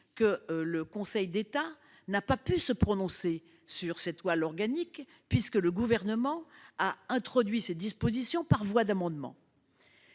que le Conseil d'État n'a pas pu se prononcer sur le texte dont nous débattons, puisque le Gouvernement a introduit ces dispositions par voie d'amendements